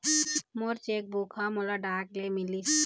मोर cheque book ह मोला डाक ले मिलिस